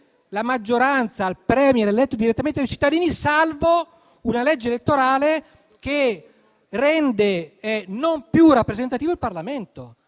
la maggioranza al *Premier* eletto direttamente dai cittadini, salvo una legge elettorale che rende non più rappresentativo il Parlamento,